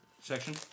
section